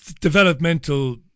developmental